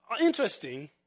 interesting